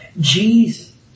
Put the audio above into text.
Jesus